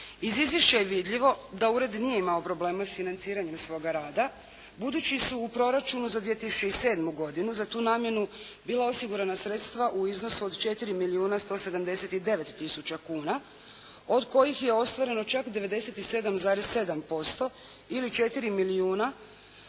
Iz izvješća je vidljivo da ured nije imao problema s financiranjem svoga rada, budući su u proračunu za 2007. godinu, za tu namjenu bila osigurana sredstva u iznosu od 4 milijuna 179 tisuća kuna, od kojih je ostvareno čak 97,7% ili 4 milijuna